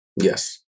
yes